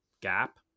gap